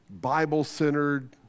Bible-centered